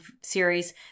series